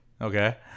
Okay